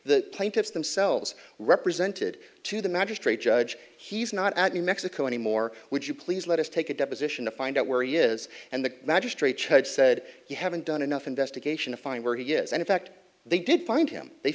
the plaintiff's themselves represented to the magistrate judge he's not add new mexico any more would you please let us take a deposition to find out where he is and the magistrate judge said you haven't done enough investigation to find where he is and in fact they did find him they